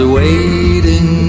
waiting